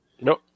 Nope